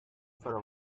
for